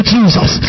Jesus